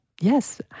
yes